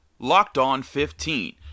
LOCKEDON15